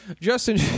Justin